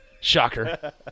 Shocker